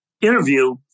interview